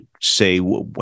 say